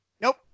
Nope